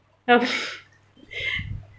oh